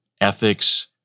ethics